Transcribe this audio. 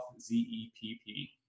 Z-E-P-P